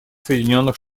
соединенных